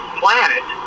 planet